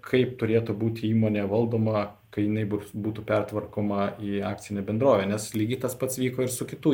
kaip turėtų būti įmonė valdoma kai jinai bus būtų pertvarkoma į akcinę bendrovę nes lygiai tas pats vyko ir su kitų